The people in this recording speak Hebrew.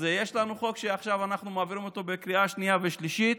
אז יש לנו חוק שעכשיו אנחנו מעבירים בקריאה שנייה ושלישית